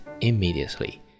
immediately